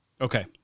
Okay